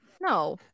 no